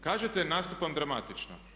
Kažete nastupam dramatično.